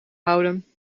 houden